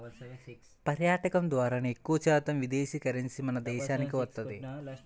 పర్యాటకం ద్వారానే ఎక్కువశాతం విదేశీ కరెన్సీ మన దేశానికి వత్తది